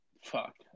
Fuck